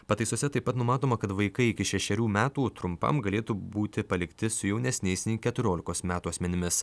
pataisose taip pat numatoma kad vaikai iki šešerių metų trumpam galėtų būti palikti su jaunesniais nei keturiolikos metų asmenimis